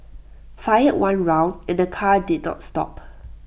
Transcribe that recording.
fired one round and the car did not stop